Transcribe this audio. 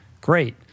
great